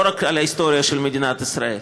לא רק על ההיסטוריה של מדינת ישראל.